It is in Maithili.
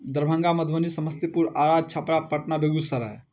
दरभङ्गा मधुबनी समस्तीपुर आरा छपरा पटना बेगूसराय